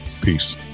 Peace